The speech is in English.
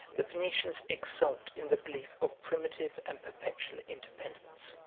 the venetians exult in the belief of primitive and perpetual independence.